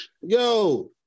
Yo